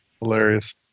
Hilarious